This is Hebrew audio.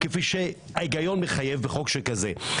כפי שההיגיון מחייב בחוק שכזה.